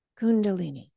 Kundalini